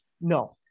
No